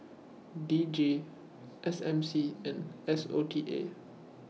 D J S M C and S O T A